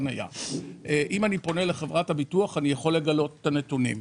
היה; אם אני פונה לחברת הביטוח אני יכול לגלות את הנתונים.